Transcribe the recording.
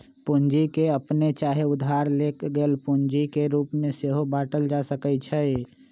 पूंजी के अप्पने चाहे उधार लेल गेल पूंजी के रूप में सेहो बाटल जा सकइ छइ